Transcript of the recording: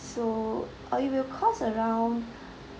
so uh it will cost around